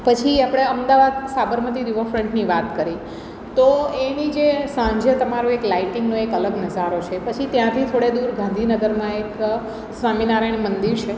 પછી આપણે અમદાવાદ સાબરમતી રિવરફ્રન્ટની વાત કરી તો એની જે સાંજે તમારો એક લાઇટિંગનો એક અલગ નજારો છે પછી ત્યાંથી થોડે દૂર ગાંધીનગરમાં એક સ્વામિનારાયણ મંદિર છે